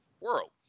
world